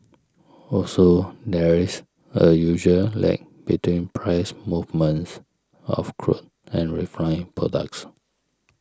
also there is a usual lag between price movements of crude and refined products